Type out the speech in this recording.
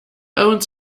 owns